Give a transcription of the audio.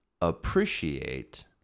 Appreciate